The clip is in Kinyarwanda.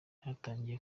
yatangiye